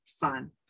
fun